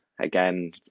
again